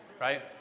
right